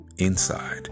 Inside